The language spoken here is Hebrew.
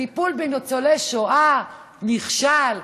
טיפול בניצולי שואה, נכשל.